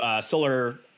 solar